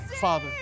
father